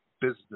business